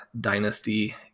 dynasty